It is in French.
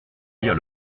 lire